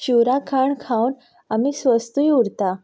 शिवराक खाण खावन आमी स्वस्तूय उरता